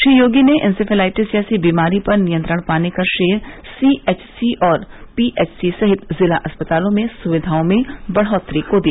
श्री योगी ने इन्सेफेलाइटिस जैसी बीमारी पर नियंत्रण पाने का श्रेय सी एच सी और पी एच सी सहित जिला अस्पतालों में सुविधाओं में बढ़ोत्तरी को दिया